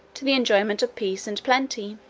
to the enjoyment of peace and plenty.